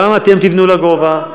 גם אתם תבנו לגובה.